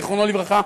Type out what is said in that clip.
זיכרונו לברכה,